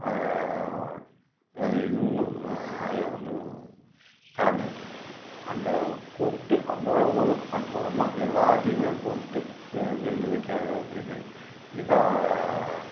அது இதுவும் அதில் வந்து கலந்திருக்கு அந்த கூப்பிட்டு அவ்வளோ ஒரு அற்புதமாக எல்லாத்தையுமே கூப்பிட்டு விருந்து வைக்கிறது அப்படிங்கிறது மிக